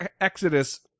Exodus